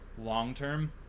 long-term